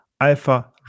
Alpha